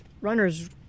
runners